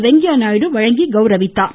வெங்கையா நாயுடு வழங்கி கௌரவித்தார்